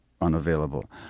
unavailable